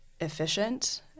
efficient